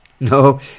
No